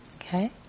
Okay